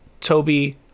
Toby